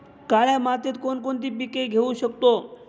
काळ्या मातीत कोणकोणती पिके घेऊ शकतो?